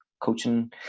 coaching